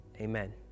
Amen